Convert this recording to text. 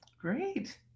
Great